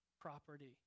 property